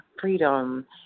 Freedom